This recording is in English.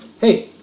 Hey